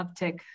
uptick